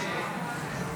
הוועדה,